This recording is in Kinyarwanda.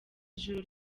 ijoro